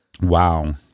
Wow